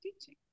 teaching